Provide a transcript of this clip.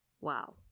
wow